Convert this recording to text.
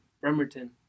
Bremerton